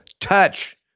touch